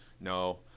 No